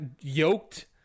yoked